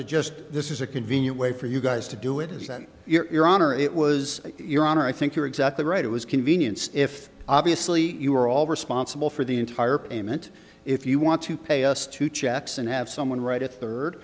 just this is a convenient way for you guys to do it is that you're honor it was your honor i think you're exactly right it was convenience if obviously you were all responsible for the entire payment if you want to pay us two checks and have someone write a third